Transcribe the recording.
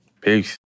Peace